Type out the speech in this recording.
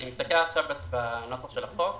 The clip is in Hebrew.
אני מסתכל עכשיו על הנוסח של החוק,